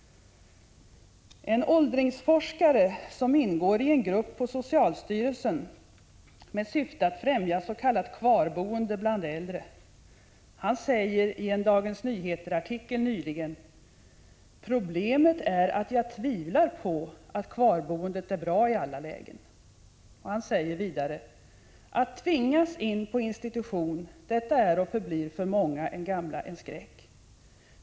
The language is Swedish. En åldringsforskare, som ingår i en grupp på socialstyrelsen med syfte att främja s.k. kvarboende bland äldre, säger i en Dagens Nyheter-artikel nyligen: ”Problemet är att jag tvivlar på att kvarboendet är bra i alla lägen.” Han säger vidare: ”Att tvingas in på institution — detta är och förblir många gamlas skräck.